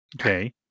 Okay